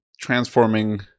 transforming